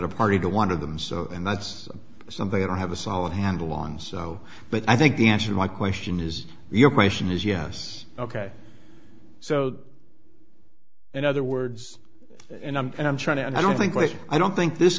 got a party to one of them so and that's something i don't have a solid handle on so but i think the answer my question is your question is yes ok so in other words and i'm and i'm trying to i don't think quite i don't think this